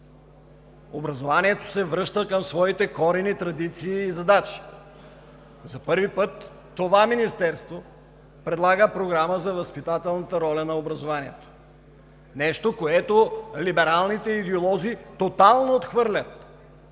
образованието се връща към своите корени, традиции и задачи. За първи път това Министерство предлага програма за възпитателната роля на образованието. Нещо, което либералните идеолози тотално отхвърлят